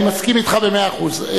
אני מסכים אתך במאה אחוז,